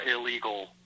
illegal –